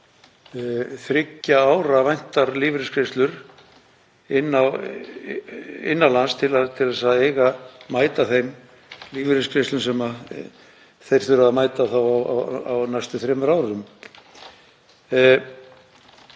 þriggja ára væntar lífeyrisgreiðslur innan lands til að mæta þeim lífeyrisgreiðslum sem þeir þurfa að mæta á næstu þremur árum.